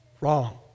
Wrong